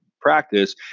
practice